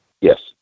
yes